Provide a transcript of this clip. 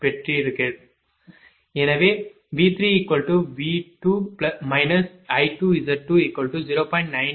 எனவே V3V2 I2Z20